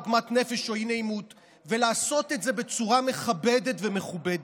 עוגמת נפש או אי-נעימות ולעשות את זה בצורה מכבדת ומכובדת.